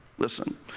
Listen